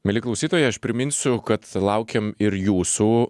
mieli klausytojai aš priminsiu kad laukiam ir jūsų